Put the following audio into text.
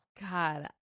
God